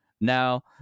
Now